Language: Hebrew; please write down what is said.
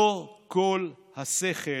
לא כל השכל,